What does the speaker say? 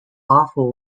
awful